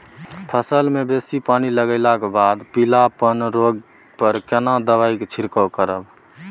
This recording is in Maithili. फसल मे बेसी पानी लागलाक बाद पीलापन रोग पर केना दबाई से छिरकाव करब?